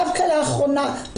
דווקא לאחרונה,